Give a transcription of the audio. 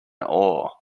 ore